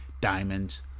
Diamonds